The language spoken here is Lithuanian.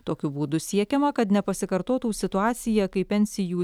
tokiu būdu siekiama kad nepasikartotų situacija kai pensijų